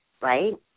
right